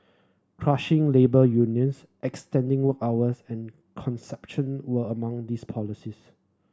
crushing labour unions extending work hours and conception were among these policies